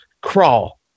Crawl